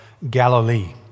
Galilee